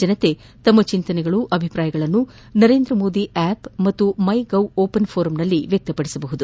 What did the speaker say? ಜನರು ತಮ್ನ ಚಿಂತನೆ ಅಭಿಪ್ರಾಯಗಳನ್ನು ನರೇಂದ್ರ ಮೋದಿ ಆ್ವಪ್ ಮತ್ತು ಮೈ ಗೌ ಓಪನ್ ಫೋರಂನಲ್ಲಿ ವ್ಚಕ್ತಪಡಿಸಬಹುದಾಗಿದೆ